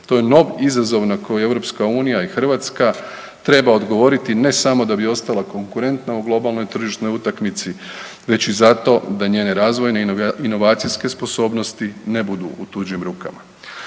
To je novi izazov na koji EU i Hrvatska treba odgovoriti ne samo da bi ostala konkurentna u globalnoj tržišnoj utakmici, već i zato da njene razvojne inovacijske sposobnosti ne budu u tuđim rukama.